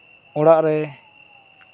ᱚᱲᱟᱜ ᱨᱮ